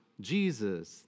Jesus